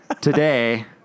Today